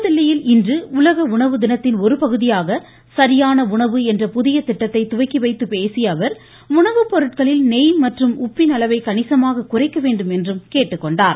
புதுதில்லியில் இன்று உலக உணவு தினத்தின் ஒருபகுதியாக சரியான உணவு என்ற புதிய திட்டத்தை துவக்கி வைத்து பேசிய அவர் உணவுப்பொருட்களில் நெய் மற்றும் உப்பின் அளவை கணிசமாக குறைக்க வேண்டும் என்றும் கேட்டுக்கொண்டார்